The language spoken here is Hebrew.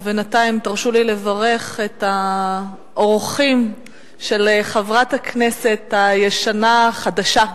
בינתיים תרשו לי לברך את האורחים של חברת הכנסת הישנה-חדשה,